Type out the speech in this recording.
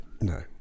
No